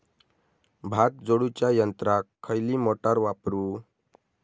भात झोडूच्या यंत्राक खयली मोटार वापरू?